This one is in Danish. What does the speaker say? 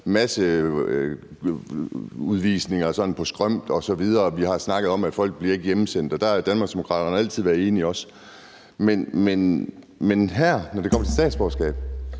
masse udvisninger sådan på skrømt osv., og vi har snakket om, at folk ikke bliver hjemsendt. Og der har Danmarksdemokraterne også altid været enige. Men her, når det kommer til statsborgerskab,